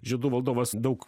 žiedų valdovas daug